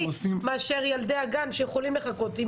בעוד שילדי הגן יכולים לחכות.